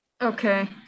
Okay